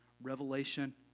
revelation